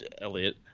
Elliot